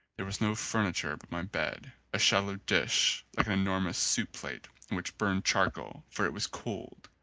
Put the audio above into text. there was no furniture but my bed, a shallow dish like an enormous soup-plate in which burned charcoal, for it was cold,